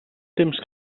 temps